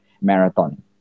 marathon